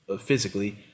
physically